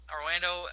Orlando